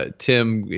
ah tim,